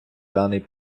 даний